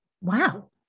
Wow